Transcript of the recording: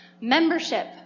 membership